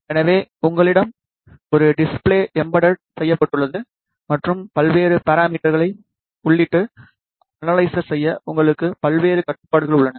எனவே உங்களிடம் ஒரு டிஸ்ப்ளை எம்பெட்டெட் செய்யப்பட்டுள்ளது மற்றும் பல்வேறு பராமீட்டர்களை உள்ளிட்டு அனலைசர் செய்ய உங்களுக்கு பல்வேறு கட்டுப்பாடுகள் உள்ளன